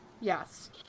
Yes